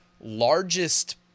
largest